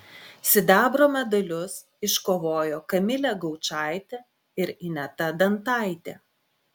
sidabro medalius iškovojo kamilė gaučaitė ir ineta dantaitė